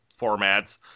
formats